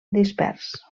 dispers